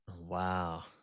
Wow